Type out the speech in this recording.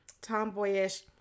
tomboyish